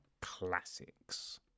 classics